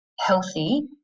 healthy